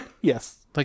Yes